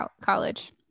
college